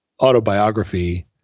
autobiography